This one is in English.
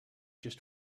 just